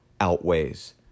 outweighs